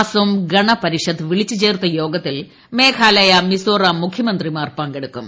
അസം ഗണ പരിഷത്ത് വിളിച്ചുചേർത്ത യോഗത്തിൽ മേഘാലയ മിസോറാം മൂഖ്യമന്ത്രിമാർ പങ്കെടുക്കും